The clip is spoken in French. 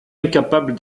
incapable